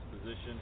position